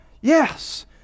yes